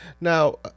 Now